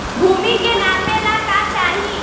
भूमि के नापेला का चाही?